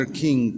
king